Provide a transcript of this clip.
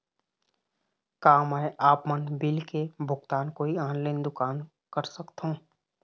का मैं आपमन बिल के भुगतान कोई ऑनलाइन दुकान कर सकथों?